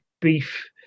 beef